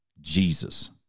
Jesus